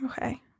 Okay